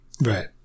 Right